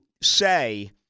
say